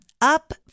up